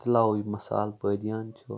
رلاوو یہِ مسالہٕ بٲدیان چھُ